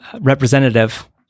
representative